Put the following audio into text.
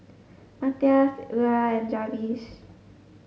Matthias Lola and Jarvis